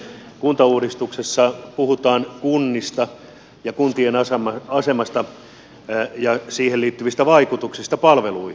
kuntauudistuksessa puhutaan kunnista ja kuntien asemasta ja siihen liittyvistä vaikutuksista palveluihin